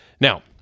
Now